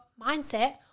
mindset